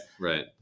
right